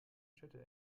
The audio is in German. städte